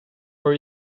for